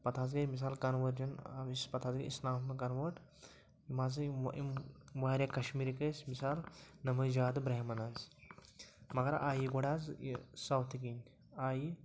پَتہٕ حظ گٔے مِثال کَنؤرجَن آو یُس پَتہٕ حظ گٔے اِسلامَس منٛز کَنوٲٹ یِم حظ یِم یِم واریاہ کَشمیٖرٕکۍ ٲسۍ مِثال یِم حظ زیادٕ برٛٮ۪ہمَن حظ مگر آیہِ گۄڈٕ حظ یہِ ساوُتھٕ کِنۍ آیہِ